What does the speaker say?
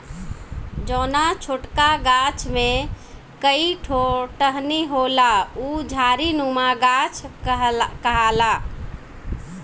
जौना छोटका गाछ में कई ठो टहनी होला उ झाड़ीनुमा गाछ कहाला